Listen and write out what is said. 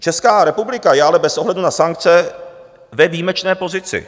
Česká republika je ale bez ohledu na sankce ve výjimečné pozici.